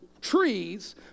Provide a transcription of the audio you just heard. trees